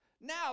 Now